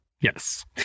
Yes